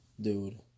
dude